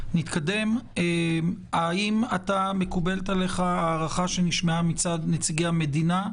שאלה נוספת: האם מקובלת עליך ההערכה שנשמעה מצד נציגי המדינה,